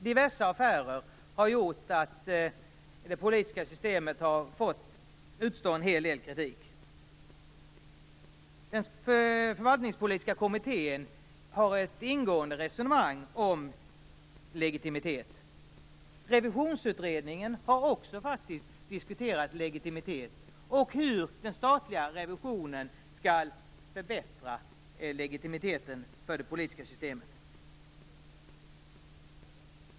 Diverse affärer har gjort att det politiska systemet har fått utstå en hel del kritik. Den förvaltningspolitiska kommittén för ett ingående resonemang om legitimitet. Revisionsutredningen har också diskuterat legitimitet och hur den statliga revisionen skall förbättra legitimiteten för det politiska systemet.